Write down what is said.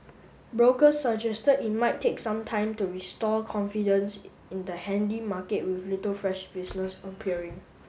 brokers suggested it might take some time to restore confidence in the handy market with little fresh business appearing